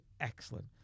excellent